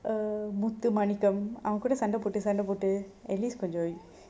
err muthumanikam அவங்கூட சண்ட போட்டு சண்ட போட்டு:avangkooda sanda potu sanda potu at least கொஞ்சோ:konjo wait